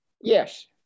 Yes